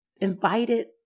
invited